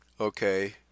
Okay